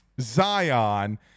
Zion